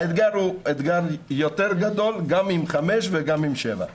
האתגר הוא אתגר יותר גדול, גם עם חמש וגם עם שבע.